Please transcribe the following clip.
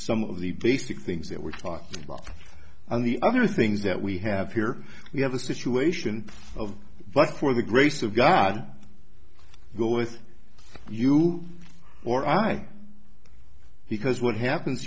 some of the basic things that were talked about on the other things that we have here we have a situation of but for the grace of god go with you or i because what happens